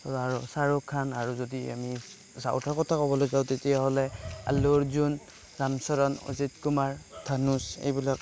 আৰু শ্ৱাহৰুখ খান আৰু যদি আমি চাউথৰ কথা ক'বলৈ যাওঁ তেতিয়া হ'লে আল্লু অৰ্জুন ৰামচৰণ অজিত কুমাৰ ধনুছ এইবিলাক